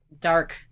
dark